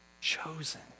chosen